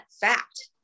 fact